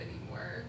anymore